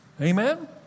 Amen